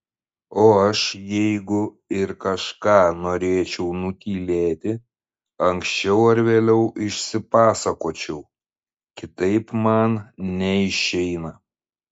o aš jeigu ir kažką norėčiau nutylėti anksčiau ar vėliau išsipasakočiau kitaip man neišeina